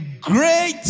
great